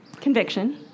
conviction